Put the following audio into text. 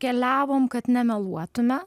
keliavom kad nemeluotume